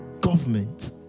Government